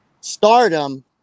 stardom